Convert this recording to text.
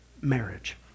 marriage